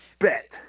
bet